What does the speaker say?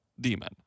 demon